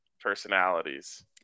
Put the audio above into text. personalities